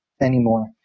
anymore